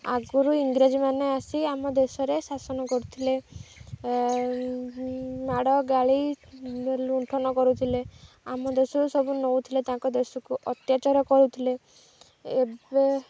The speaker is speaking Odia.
ଆଗୁରୁ ଇଂରାଜୀମାନେ ଆସି ଆମ ଦେଶ ରେ ଶାସନ କରୁଥିଲେ ମାଡ଼ ଗାଳି ଲୁଣ୍ଠନ କରୁଥିଲେ ଆମ ଦେଶରୁ ସବୁ ନଉଥିଲେ ତାଙ୍କ ଦେଶକୁ ଅତ୍ୟାଚାର କରୁଥିଲେ ଏବେ